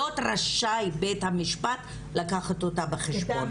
בית המשפט יכול להיות רשאי לקחת אותה בחשבון,